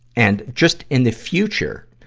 and just, in the future,